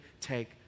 take